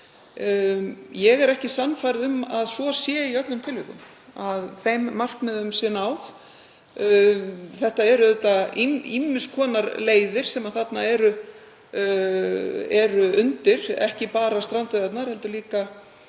Ég er ekki sannfærð um að svo sé í öllum tilvikum, þ.e. að þeim markmiðum sé náð. Þetta eru auðvitað ýmiss konar leiðir sem þarna eru undir, ekki bara strandveiðarnar heldur líka